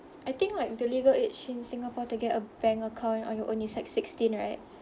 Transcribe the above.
I think like the legal age in singapore to get a bank account on your own is like sixteen right